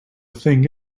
thing